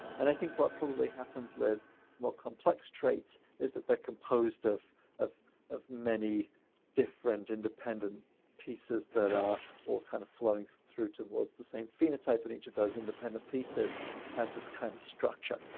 and i think what probably happens with more complex traits is that they're composed of of of many different independent pieces that are all kind of flowing through towards the same phenotype. and each of those independent pieces has this kind of structure.